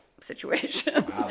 situation